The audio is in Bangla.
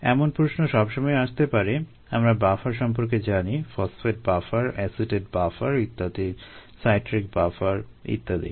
এমন প্রশ্ন সবসময়ই আসতে পারে আমরা বাফার সম্পর্কে জানি ফসফেট বাফার অ্যাসিটেট বাফার ইত্যাদি সাইট্রিক বাফার ইত্যাদি